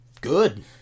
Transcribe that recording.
good